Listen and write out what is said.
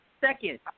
second